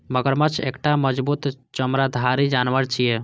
मगरमच्छ एकटा मजबूत चमड़ाधारी जानवर छियै